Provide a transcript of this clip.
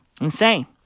Insane